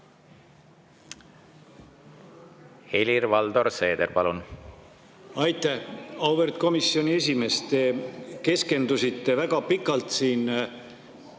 Helir-Valdor Seeder, palun! Aitäh! Auväärt komisjoni esimees! Te keskendusite väga pikalt nende